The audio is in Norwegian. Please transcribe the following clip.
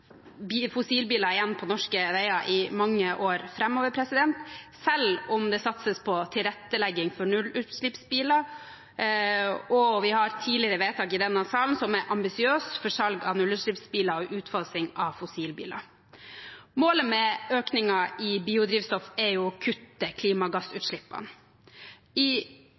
være fossilbiler igjen på norske veier i mange år framover, selv om det satses på tilrettelegging for nullutslippsbiler, og vi har tidligere vedtak i denne salen som er ambisiøse for salg av nullutslippsbiler og utfasing av fossilbiler. Målet med økningen i biodrivstoff er å kutte klimagassutslippene. I